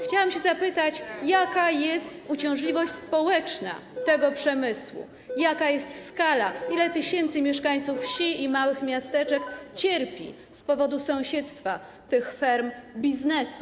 Chciałabym zapytać, jaka jest uciążliwość społeczna tego przemysłu, jaka jest skala, ile tysięcy mieszkańców wsi i małych miasteczek cierpi z powodu sąsiedztwa tych ferm biznesu, nie rolnictwa.